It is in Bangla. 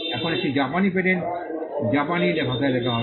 এখন একটি জাপানি পেটেন্ট জাপানি ভাষায় লেখা হবে